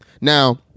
Now